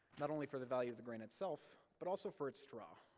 not only for the value of the grain itself, but also for its straw,